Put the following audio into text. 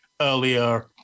earlier